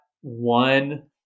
one